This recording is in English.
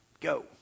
go